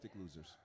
losers